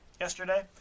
yesterday